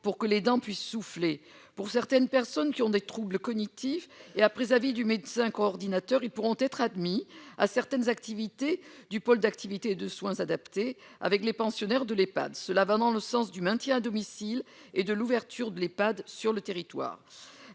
pour que les dents puissent souffler pour certaines personnes qui ont des troubles cognitifs et après avis du médecin coordinateur, ils pourront être admis à certaines activités du pôle d'activités de soins adaptés avec les pensionnaires de l'Epad, cela va dans le sens du maintien à domicile et de l'ouverture de l'Epad, sur le territoire,